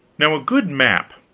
now a good map